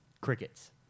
Crickets